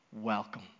welcome